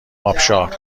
آبشار